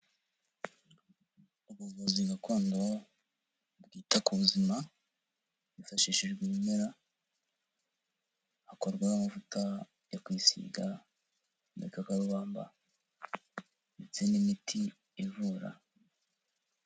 Ubuvuzi gakondo bwita ku buzima hifashishijwe ibimera, hakorwamo amavuta yo kwisiga nk'igikakarubamba ndetse n'imiti ivura.